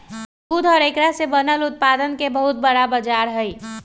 दूध और एकरा से बनल उत्पादन के बहुत बड़ा बाजार हई